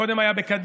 קודם היה בקדימה,